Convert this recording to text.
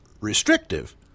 restrictive